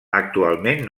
actualment